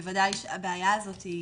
בוודאי שהבעיה הזאת היא